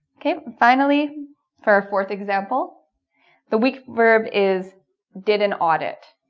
ok finally for a fourth example the week verb is did an audit